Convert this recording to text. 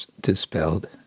dispelled